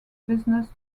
business